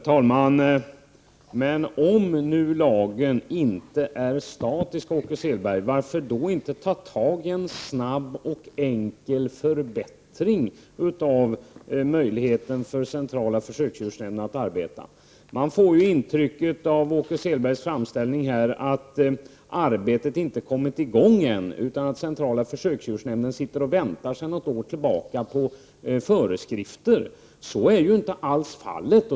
Herr talman! Om nu lagen inte är statisk, Åke Selberg, varför då inte verka för att snabbt och enkelt åstadkomma en förbättring när det gäller centrala försöksdjursnämndens arbetsmöjligheter? När man lyssnar på Åke Selbergs framställning får man ett intryck av att det här arbetet ännu inte har kommit i gång utan att centrala försöksdjursnämnden sedan något år tillbaka väntar på föreskrifter. Men så är inte alls fallet.